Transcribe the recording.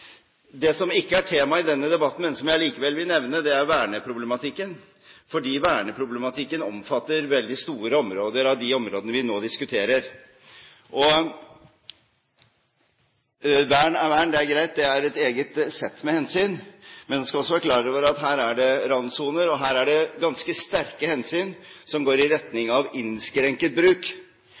Det som ikke er tema i denne debatten, men som jeg likevel vil nevne, er verneproblematikken, fordi verneproblematikken omfatter veldig store områder av de områdene vi nå diskuterer. Vern er vern – det er greit, det er et eget sett med hensyn. Men en skal også være klar over at her er det randsoner og ganske sterke hensyn som går i retning av innskrenket bruk,